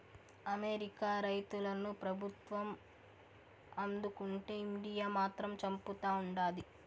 America రైతులను ప్రభుత్వం ఆదుకుంటే ఇండియా మాత్రం చంపుతా ఉండాది